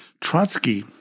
Trotsky